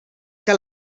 que